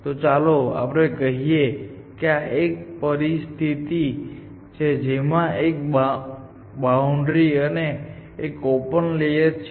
તો ચાલો આપણે કહીએ કે આ એક પરિસ્થિતિ છે જેમાં આ એક બોઉન્ડ્રી અને ઓપન લેયર છે